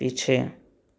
पीछे